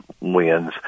wins